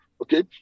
Okay